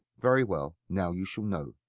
very well, now you shall know.